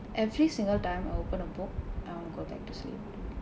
every single time I open a book I wanna go back to sleep